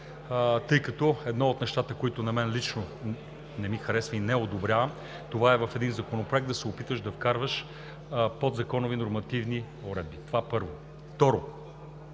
Едно от нещата, които на мен лично не ми харесват и не одобрявам, е в един законопроект да се опитваш да вкарваш подзаконови нормативни уредби. Това, първо. Второ,